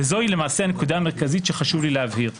וזוהי למעשה הנקודה המרכזית שחשוב לי להבהיר: